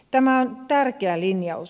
tämä on tärkeä linjaus